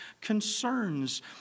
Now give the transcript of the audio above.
concerns